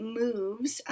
moves